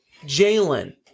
Jalen